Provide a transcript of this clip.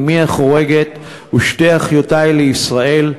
אמי החורגת ושתי אחיותי לישראל.